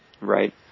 Right